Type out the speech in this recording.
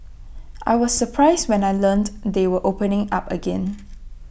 I was surprised when I learnt they were opening up again